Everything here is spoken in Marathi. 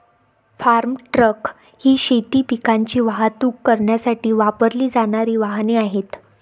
फार्म ट्रक ही शेती पिकांची वाहतूक करण्यासाठी वापरली जाणारी वाहने आहेत